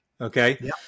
okay